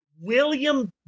William